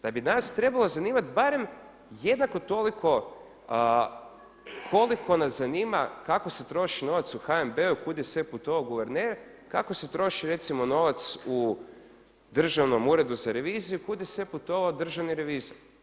Da bi nas trebalo zanimati jednako toliko koliko nas zanima kako se troši novac u HNB-u, kuda je sve putovao guverner, kako se troši recimo novac u Državnom uredu za reviziju, kuda je sve putovao državni revizor.